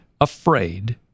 afraid